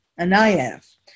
Anayev